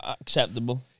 acceptable